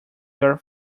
your